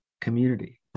community